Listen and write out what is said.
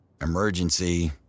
Emergency